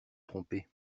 tromper